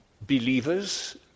believers